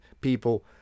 people